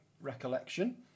recollection